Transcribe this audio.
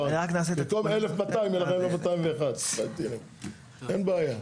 במקום 1,200 יהיה 1,201. אין בעיה.